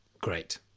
great